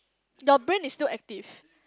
your brain is still active